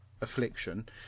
affliction